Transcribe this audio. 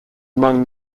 among